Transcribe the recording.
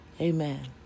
Amen